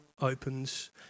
opens